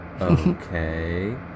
Okay